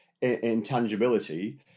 intangibility